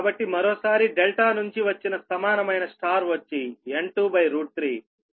కాబట్టి మరోసారి ∆ నుంచి వచ్చిన సమానమైన Y వచ్చి N23 కానీ అది N2 కాదు